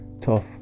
tough